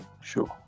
Sure